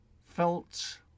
felt